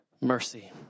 mercy